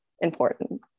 important